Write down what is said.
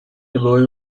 boy